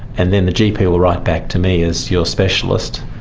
and then the gp will write back to me as your specialist,